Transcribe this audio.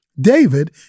David